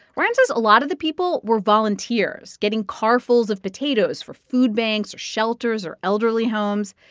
ryan says a lot of the people were volunteers getting carfuls of potatoes for food banks or shelters or elderly homes.